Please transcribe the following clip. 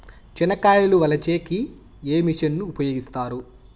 చెనక్కాయలు వలచే కి ఏ మిషన్ ను ఉపయోగిస్తారు?